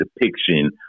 depiction